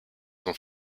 son